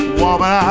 woman